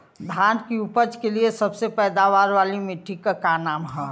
धान की उपज के लिए सबसे पैदावार वाली मिट्टी क का नाम ह?